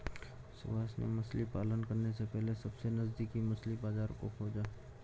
सुभाष ने मछली पालन करने से पहले सबसे नजदीकी मछली बाजार को खोजा